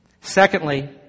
Secondly